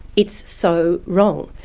it's so wrong,